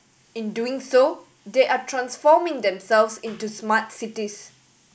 in doing so they are transforming themselves into smart cities